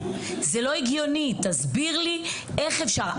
זה לא הגיוני תסביר לי איך אפשר?